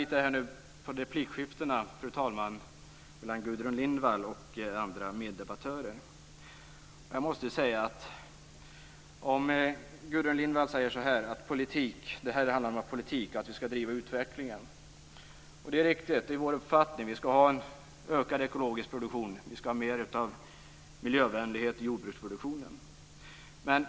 Jag lyssnade på replikskiftena mellan Lindvall säger att det här handlar om politik och att vi skall driva utvecklingen. Det är riktigt - det är vår uppfattning. Vi skall ha en ökad ekologisk produktion, och vi skall ha mer av miljövänlighet i jordbruksproduktionen.